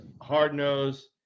hard-nosed